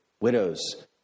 widows